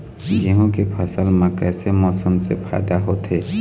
गेहूं के फसल म कइसे मौसम से फायदा होथे?